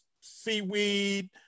seaweed